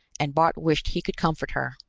and bart wished he could comfort her,